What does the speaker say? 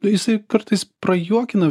nu jisai kartais prajuokina